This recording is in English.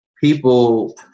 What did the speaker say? people